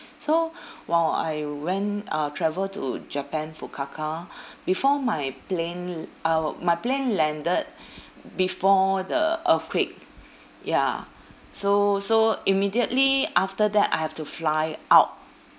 so while I went uh travel to japan fukuoka before my plane l~ uh my plane landed before the earthquake ya so so immediately after that I have to fly out